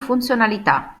funzionalità